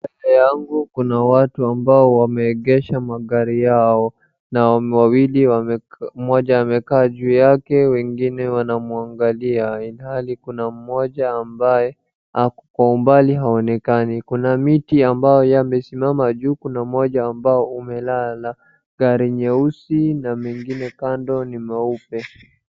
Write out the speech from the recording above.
Mbele yangu kuna watu ambao wameegesha magari yao, wanaume wawili mmoja amekaa juu yake, wengine wanamwangalia ilhali kuna mmoja ambaye ako kwa umbali haonekani, kuna miti ambayo imesimama juu kuna mmoja ambao umelala. Gari nyeusi na mengine kando ni meupe.